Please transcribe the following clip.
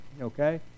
okay